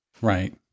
Right